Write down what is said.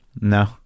No